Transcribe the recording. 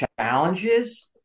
challenges